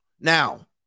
Now